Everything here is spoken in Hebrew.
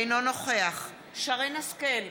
אינו נוכח שרן השכל,